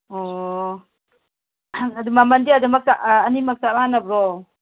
ꯑꯣ ꯑꯗꯨ ꯃꯃꯜꯗꯤ ꯑꯅꯤꯃꯛ ꯆꯞ ꯃꯥꯟꯅꯕ꯭ꯔꯣ